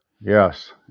Yes